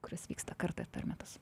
kuris vyksta kartą per metus